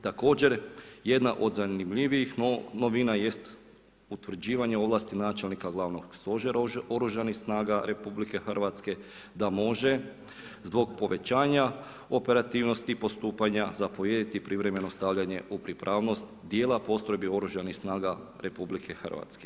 Također, jedna od zanimljivijih novina, jest utvrđivanje ovlasti načelnika glavnog stožera oružanih snaga RH, da može zbog povećanja operativnosti i postupanja, zapovjediti privremeno stavljanje u pripravnost dijela postrojbi oružanih snaga RH.